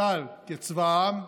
צה"ל, כצבא העם,